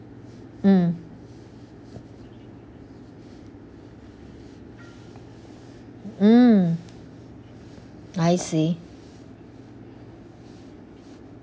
mm mm I see